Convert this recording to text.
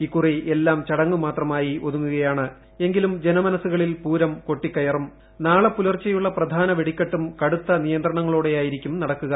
ഇക്കുറി എല്ലാം ചടങ്ങ് മാർത്മായി ഒതുങ്ങുകയാണ് എങ്കിലും ജനമനസ്സുകളിൽപൂരം നാളെ പുലർച്ചെയുള്ള പ്രധാന വെടിക്ക്ടെട്ടും കടുത്ത നിയന്ത്രണങ്ങളോ ടെയായിരിക്കും നടക്കുക